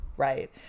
Right